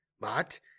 But